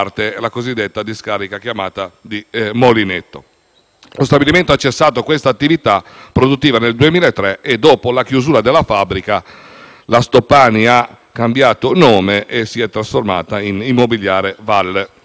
Lo stabilimento ha cessato la sua attività produttiva nel 2003 e dopo la chiusura della fabbrica la Stoppani ha cambiato nome e si è trasformata in Immobiliare Val Lerone. Come dicevo, l'articolo 12